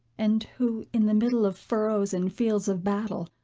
and who, in the middle of furrows and fields of battle,